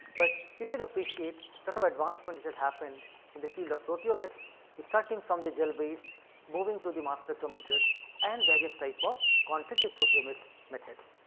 but you should appreciate lot of advancement which has happened in the field of proteomics is starting from the gel based moving to the mass spectrometers and various type of quantitative proteomics methods.